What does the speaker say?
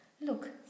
Look